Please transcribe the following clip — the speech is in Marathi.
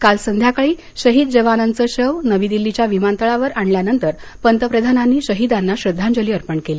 काल संध्याकाळी शहीद जवानांचे शव नवी दिल्लीच्या विमानतळावर आणल्यानंतर पंतप्रधानांनी शहिदांना श्रद्धांजली अर्पण केली